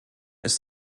ist